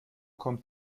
kommt